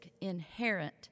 inherent